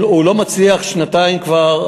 הוא לא מצליח, שנתיים כבר.